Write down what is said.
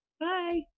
bye